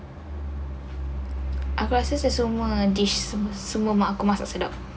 aku rasa saya semua dish semua mak aku masak sedap